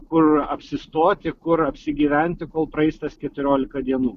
kur apsistoti kur apsigyventi kol praeis tas keturiolika dienų